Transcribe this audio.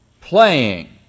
playing